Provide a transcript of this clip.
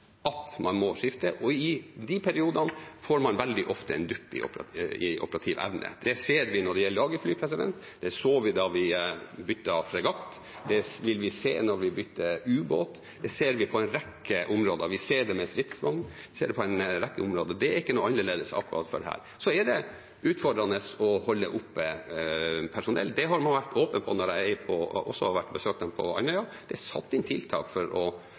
utfordringer. Man bruker gjerne materiell så lenge at man må skifte det, og i de periodene får man veldig ofte dupp i operativ evne. Det ser vi når det gjelder jagerfly, det så vi da vi byttet fregatt, og det vil vi se når vi bytter ubåt. Vi ser det med stridsvogner. Vi ser det på en rekke områder. Det er ikke noe annerledes for dette. Så er det utfordrende å holde oppe personell. Det har man vært åpen på når jeg har vært på besøk på Andøya, og det er satt inn tiltak for å